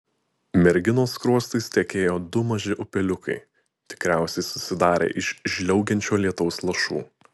merginos skruostais tekėjo du maži upeliukai tikriausiai susidarę iš žliaugiančio lietaus lašų